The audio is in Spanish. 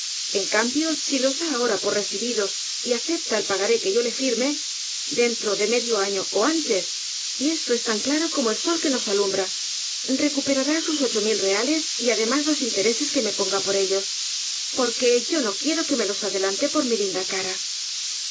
en cambio si los da ahora por recibidos y acepta el pagaré que yo le firme dentro de medio año ó antes y esto es tan claro como el sol que nos alumbra recuperará sus ocho mil reales y además los intereses que me ponga por ellos porque yo no quiero que me los adelante por mi linda cara